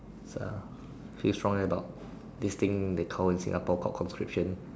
is a feel strongly about this thing they call in singapore called conscription